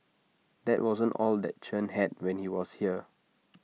that wasn't all that Chen had when he was here